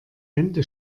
wände